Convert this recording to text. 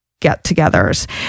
get-togethers